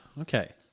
Okay